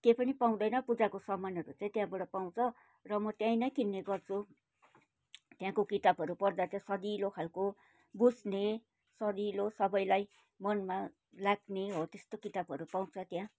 केही पनि पाउँदैन पूजाको सामानहरू चाहिँ त्यहाँबाट पाउँछ र म त्यहीँ नै किन्ने गर्छु त्यहाँको किताबहरू पढ्दा चाहिँ सजिलो खालको बुझ्ने सजिलो सबैलाई मनमा लाग्ने हो त्यस्तो किताबहरू पाउँछ त्यहाँ